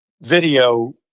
video